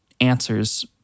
answers